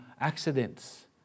accidents